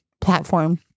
platform